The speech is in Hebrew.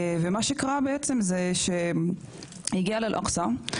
ומה שקרה בעצם זה שהוא הגיע לאל-אקצה.